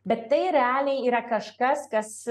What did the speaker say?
bet tai realiai yra kažkas kas